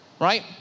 right